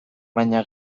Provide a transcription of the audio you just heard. baina